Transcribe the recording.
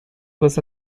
was